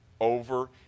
over